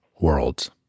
worlds